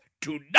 tonight